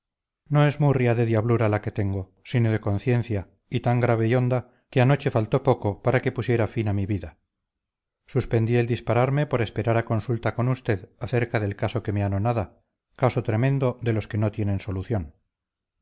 no es murria de diablura la que tengo sino de conciencia y tan grave y honda que anoche faltó poco para que pusiera fin a mi vida suspendí el dispararme por esperar a consulta con usted acerca del caso que me anonada caso tremendo de los que no tienen solución